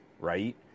right